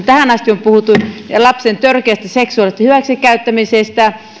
tähän asti on puhuttu lapsen törkeästä seksuaalisesta hyväksikäyttämisestä